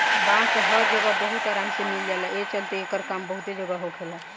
बांस हर जगह बहुत आराम से मिल जाला, ए चलते एकर काम बहुते जगह होखेला